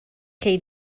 cei